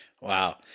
Wow